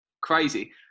crazy